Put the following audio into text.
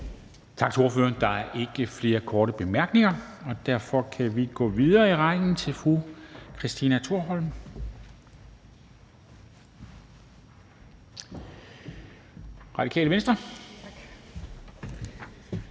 Tak til ordføreren. Der er ikke flere korte bemærkninger. Derfor kan vi gå videre i rækken til fru Christina Thorholm, Radikale Venstre.